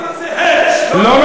קוראים לזה, לא השקעה.